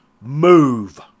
move